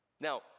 Now